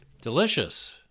Delicious